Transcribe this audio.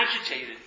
agitated